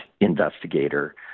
investigator